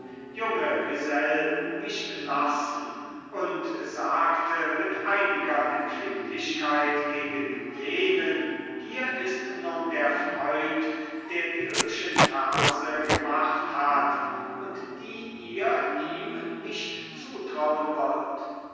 junge gesell nicht lassen und sagte mit einiger empfindlichkeit gegen jenen hier ist nun der freund der die hübschen verse gemacht hat und die ihr ihm nicht zutrauen wollt